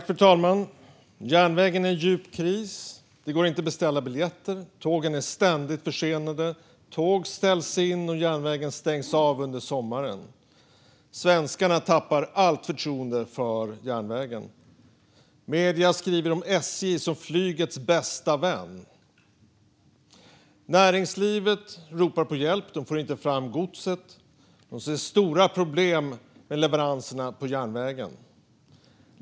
Fru talman! Järnvägen är i djup kris. Det går inte att beställa biljetter. Tågen är ständigt försenade. Tåg ställs in, och järnvägen stängs av under sommaren. Svenskarna tappar allt förtroende för järnvägen. Medierna skriver om SJ som flygets bästa vän. Näringslivet ropar på hjälp eftersom de inte får fram godset. De ser stora problem med leveranserna på järnvägen.